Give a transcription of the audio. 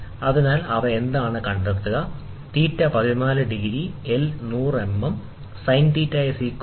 അതിനാൽ നൽകിയ ഡാറ്റ 14 ഡിഗ്രിക്ക് തുല്യമാണ് തുടർന്ന് എൽ റോളറുകൾക്കിടയിലുള്ള നീളം 100 മില്ലിമീറ്ററാണ്